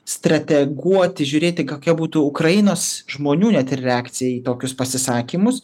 strateguoti žiūrėti kakia būtų ukrainos žmonių net ir reakcija į tokius pasisakymus